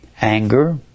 anger